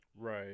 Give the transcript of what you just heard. Right